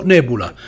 Nebula